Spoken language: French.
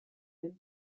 même